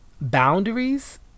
Boundaries